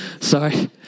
Sorry